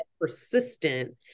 persistent